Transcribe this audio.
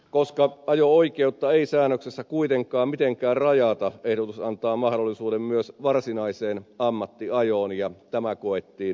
koska ajo oikeutta ei säännöksessä kuitenkaan mitenkään rajata ehdotus antaa mahdollisuuden myös varsinaiseen ammattiajoon ja tämä koettiin ongelmaksi